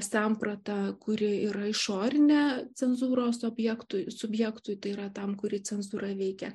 samprata kuri yra išorinė cenzūros objektui subjektui tai yra tam kurį cenzūra veikia